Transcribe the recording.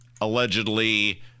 allegedly